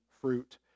fruit